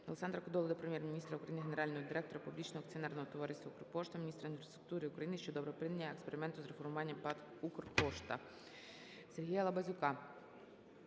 Олександра Кодоли до Прем'єр-міністра України, генерального директора Публічного акціонерного товариства "Укрпошта", міністра інфраструктури України щодо припинення експерименту з реформування ПАТ "Укрпошта". Сергія Лабазюка